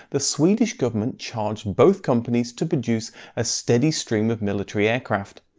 the swedish government charged both companies to produce a steady stream of military aircraft.